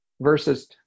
versus